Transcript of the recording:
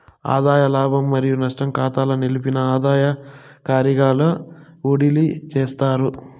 ఆదాయ లాభం మరియు నష్టం కాతాల నిలిపిన ఆదాయ కారిగాకు ఓడిలీ చేస్తారు